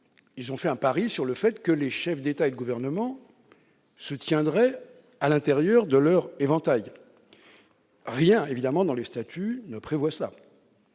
européenne, pariant sur le fait que les chefs d'État ou de gouvernement se tiendraient à l'intérieur de leur éventail. Rien, évidemment, dans les traités ne le prévoit.